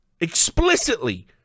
explicitly